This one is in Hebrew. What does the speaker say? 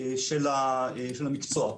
של המקצוע.